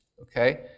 Okay